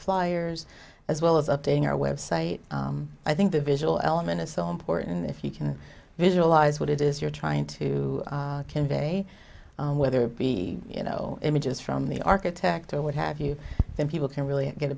flyers as well as updating our web site i think the visual element is so important if you can visualize what it is you're trying to convey whether it be you know images from the architect or what have you then people can really get